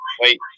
wait